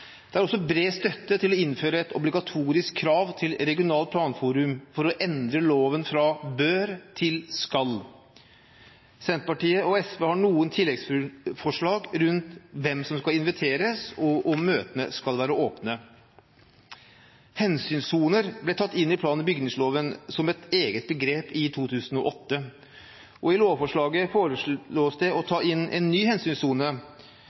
Det er også bred støtte til å innføre et obligatorisk krav til regionalt planforum gjennom å endre loven fra «bør» til «skal». Senterpartiet og SV har noen tilleggsforslag rundt hvem som skal inviteres, og om møtene skal være åpne. Hensynssoner ble tatt inn i plan- og bygningsloven som et eget begrep i 2008. I lovforslaget foreslås det å ta inn en ny hensynssone